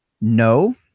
no